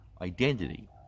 identity